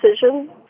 decision